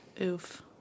Oof